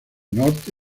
norte